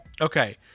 Okay